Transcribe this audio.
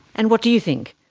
and what do you think?